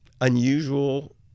unusual